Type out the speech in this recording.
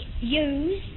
use